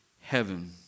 heaven